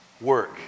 work